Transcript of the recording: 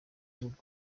gihugu